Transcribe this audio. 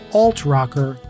alt-rocker